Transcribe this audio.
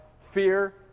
fear